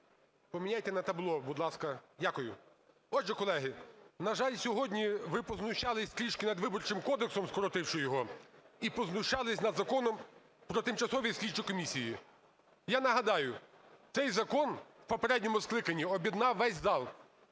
Поміняйте на табло, будь ласка. Дякую. Отже, колеги, на жаль, сьогодні ви познущалися трішки над Виборчим кодексом, скоротивши його, і познущалися над законом про тимчасові слідчі комісії. Я нагадаю, цей закон у попередньому скликанні об'єднав весь зал,